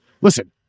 Listen